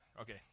okay